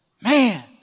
Man